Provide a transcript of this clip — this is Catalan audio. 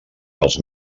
dels